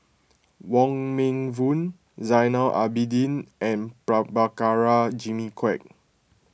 Wong Meng Voon Zainal Abidin and Prabhakara Jimmy Quek